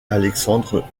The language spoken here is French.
alexandre